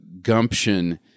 gumption